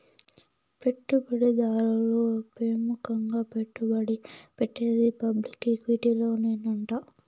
పెట్టుబడి దారులు పెముకంగా పెట్టుబడి పెట్టేది పబ్లిక్ ఈక్విటీలోనేనంట